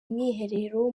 mwiherero